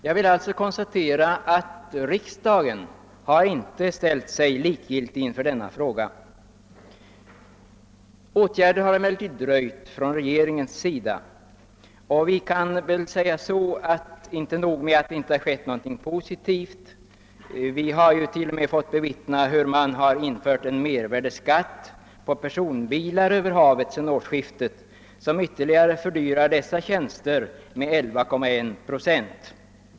Jag vill alltså konstatera att riksdagen inte ställt sig likgiltig till denna fråga. Regeringen har emellertid inte vidtagit några åtgärder. Inte nog med att ingenting positivt har skett, vi har till och med fått bevittna att sedan årsskiftet mervärdeskatt har införts på transport av personbilar över havet, vilket ytterligare fördyrar dessa tjänster med 11,1 procent.